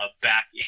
back